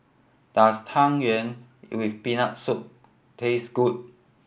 does Tang Yuen with Peanut Soup taste good